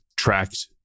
tracked